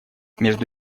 между